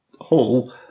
hall